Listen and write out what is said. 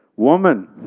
woman